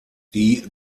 die